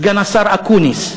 סגן השר אקוניס,